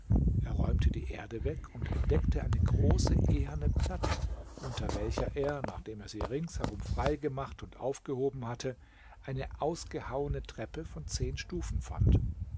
er räumte die erde weg und entdeckte eine große eherne platte unter welcher er nachdem er sie rings herum frei gemacht und aufgehoben hatte eine ausgehauene treppe von zehn stufen fand